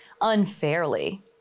unfairly